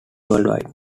worldwide